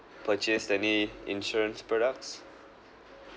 purchased any insurance products